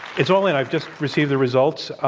it's all in i've just received the results.